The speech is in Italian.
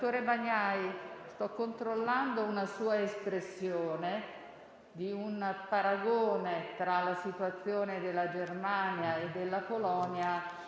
Senatore Bagnai, sto controllando una sua espressione con riferimento a un paragone tra la situazione della Germania e della Polonia,